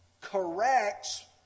corrects